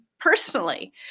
Personally